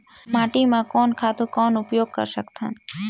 माटी म कोन खातु कौन उपयोग कर सकथन?